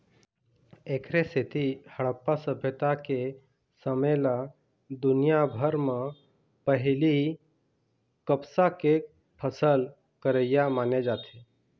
एखरे सेती हड़प्पा सभ्यता के समे ल दुनिया भर म पहिली कपसा के फसल करइया माने जाथे